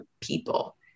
people